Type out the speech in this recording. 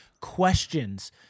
questions